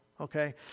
Okay